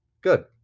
Good